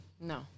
No